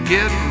Get